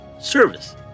service